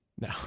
No